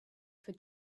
for